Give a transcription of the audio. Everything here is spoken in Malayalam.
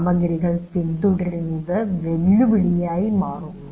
സാമഗ്രികൾ പിന്തുടരുന്നത് വെല്ലുവിളിയായി മാറുന്നു